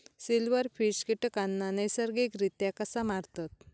Silverfish कीटकांना नैसर्गिकरित्या कसा मारतत?